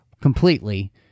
completely